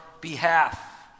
behalf